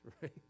right